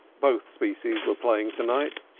both species were playing to-night,